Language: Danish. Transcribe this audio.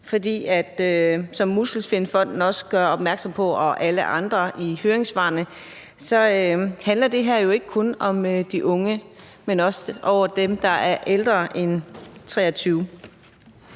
for som Muskelsvindfonden og alle andre også gør opmærksom på i høringssvarene, så handler det her jo ikke kun om de unge, men også om dem, der er ældre end 23.